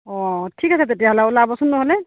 অ' ঠিক আছে তেতিয়াহ'লে ওলাবচোন নহ'লে